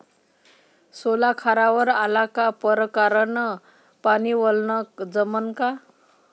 सोला खारावर आला का परकारं न पानी वलनं जमन का?